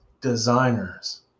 designers